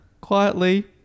quietly